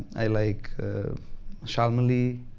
i like shalmali.